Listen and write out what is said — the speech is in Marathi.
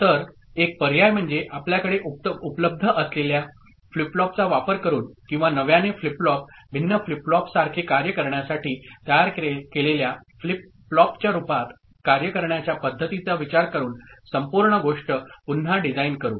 तर एक पर्याय म्हणजे आपल्याकडे उपलब्ध असलेल्या फ्लिप फ्लॉपचा वापर करून किंवा नव्याने फ्लिप फ्लॉप भिन्न फ्लिप फ्लॉपसारखे कार्य करण्यासाठी तयार केलेल्या फ्लिप फ्लॉपच्या रूपात कार्य करण्याच्या पद्धतीचा विचार करून संपूर्ण गोष्ट पुन्हा डिझाइन करू